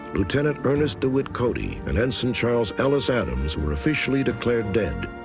lieutenant ernest dewitt cody and ensign charles ellis adams were officially declared dead.